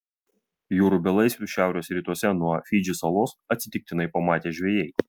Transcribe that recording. jūrų belaisvius šiaurės rytuose nuo fidžį salos atsitiktinai pamatė žvejai